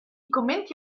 commenti